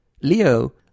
Leo